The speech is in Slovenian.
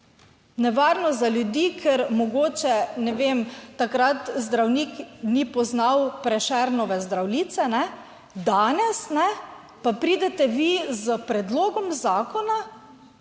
Nevarno za ljudi, ker mogoče, ne vem, takrat zdravnik ni poznal Prešernove Zdravljice, ne. Danes, ne, pa pridete vi s predlogom zakona,